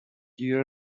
گیر